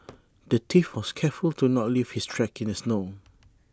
the thief was careful to not leave his tracks in the snow